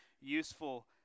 useful